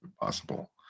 possible